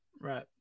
Right